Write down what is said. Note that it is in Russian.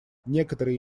некоторые